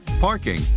parking